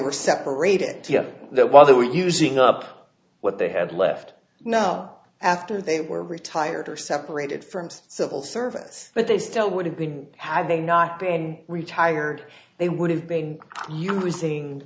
were separated or that while they were using up what they had left now after they were retired or separated from civil service but they still would have been had they not been retired they would have been using